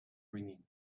ringing